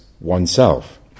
oneself